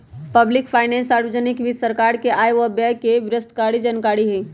public finance सार्वजनिक वित्त सरकार के आय व व्यय के विस्तृतजानकारी हई